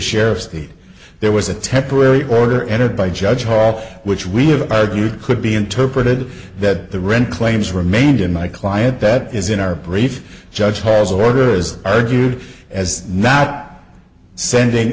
need there was a temporary order entered by judge hall which we have argued could be interpreted that the rent claims were made in my client that is in our brief judge has order is argued as not sending